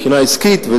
מבחינה עסקית,